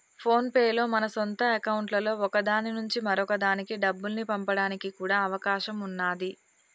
phone pay లో మన సొంత అకౌంట్లలో ఒక దాని నుంచి మరొక దానికి డబ్బుల్ని పంపడానికి కూడా అవకాశం ఉన్నాది